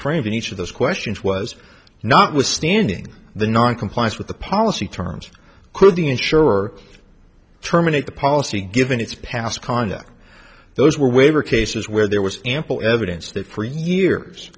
framed in each of those questions was notwithstanding the noncompliance with the policy terms could the insurer terminate the policy given its past conduct those were waiver cases where there was ample evidence that for years